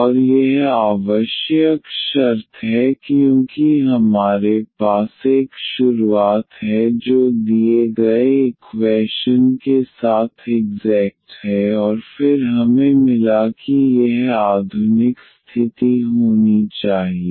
और यह आवश्यक शर्त है क्योंकि हमारे पास एक शुरुआत है जो दिए गए इक्वैशन के साथ इग्ज़ैक्ट है और फिर हमें मिला कि यह आधुनिक स्थिति होनी चाहिए